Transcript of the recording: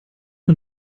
man